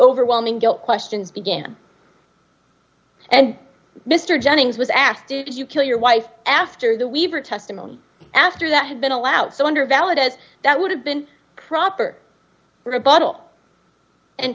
overwhelming guilt questions began and mr jennings was asked did you kill your wife after the weaver testimony after that had been allowed so under valid as that would have been proper for a bottle and